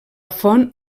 font